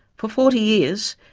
for forty years,